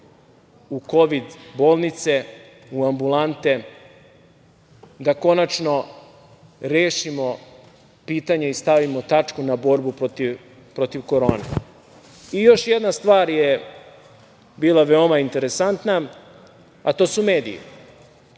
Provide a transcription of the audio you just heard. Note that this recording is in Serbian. u kovid bolnice, u ambulante, da konačno rešimo pitanje i stavimo tačku na borbu protiv korone? Još jedna stvar je bila veoma interesantna a to su mediji,